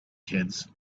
kids